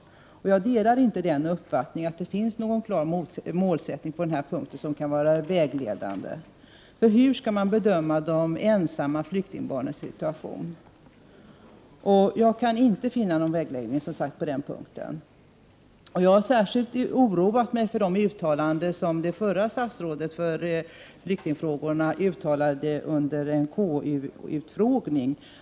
Jag delar inte uppfattningen att det finns en klar målsättning som kan vara vägledande på denna punkt. För hur skall man t.ex. bedöma de ensamma flyktingbarnens situation? Jag kan, som sagt, inte finna någon vägledning på den punkten. Vad som särskilt har oroat mig är de uttalanden som gjordes under en utfrågning i konstitutionsutskottet av det statsråd som tidigare hade ansvaret för flyktingfrågor.